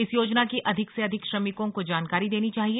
इस योजना की अधिक से अधिक श्रमिकों को जानकारी देनी चाहिए